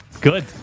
Good